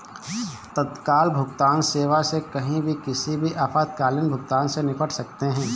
तत्काल भुगतान सेवा से कहीं भी किसी भी आपातकालीन भुगतान से निपट सकते है